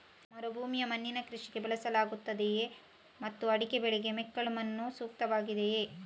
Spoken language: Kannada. ಮರುಭೂಮಿಯ ಮಣ್ಣನ್ನು ಕೃಷಿಗೆ ಬಳಸಲಾಗುತ್ತದೆಯೇ ಮತ್ತು ಅಡಿಕೆ ಬೆಳೆಗೆ ಮೆಕ್ಕಲು ಮಣ್ಣು ಸೂಕ್ತವಾಗಿದೆಯೇ?